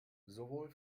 sowohl